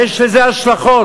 יש לזה השלכות,